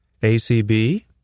ACB